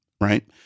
Right